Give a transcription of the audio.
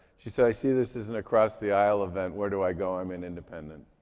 she said, i see this is an across the aisle event. where do i go? i'm an independent.